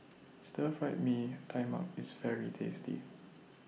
Stir Fried Mee Tai Mak IS very tasty